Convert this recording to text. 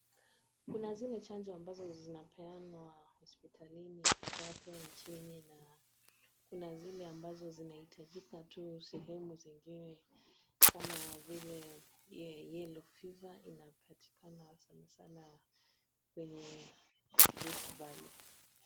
Kuna zile chanjo ambazo zinapeanwa hosiptalini kote nchini na kuna zile ambazo zinahitajika tu sehemu zingine ,kama vile yellow fever inapatikana sanasana kwenye Rift Valley.